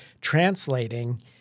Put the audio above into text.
translating